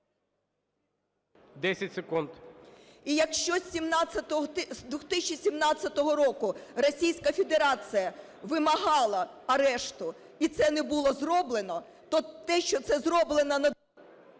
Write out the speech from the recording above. з 17-го... з 2017 року Російська Федерація вимагала арешту, і це не було зроблено, то те, що це зроблено...